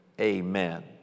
amen